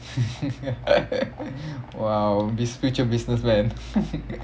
!wow! this future businessman